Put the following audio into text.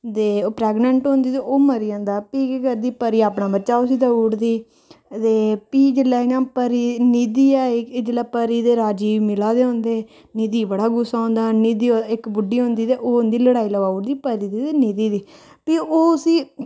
ते ओह् प्रैगनेंट होंदी ते ओह् मरी जंदा फ्ही केह् करदी परी अपना बच्चा उसी देई ओड़दी ते फ्ही जेल्लै इयां परी निधि ई जेल्लै परी ते राजीव मिलै दे होंदे निधि गी बड़ा गुस्सा औंदा निधि ओह्दा इक बुड्ढी होंदी ते ओह् उंदी लड़ाई लुआई ओड़दी परी दी ते निधि दी फ्ही ओह् उसी